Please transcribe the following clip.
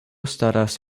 staras